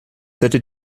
hättet